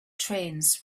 trains